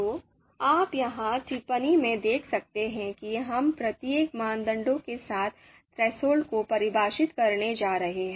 तो आप यहाँ टिप्पणी में देख सकते हैं कि हम प्रत्येक मानदंड के साथ थ्रेसहोल्ड को परिभाषित करने जा रहे हैं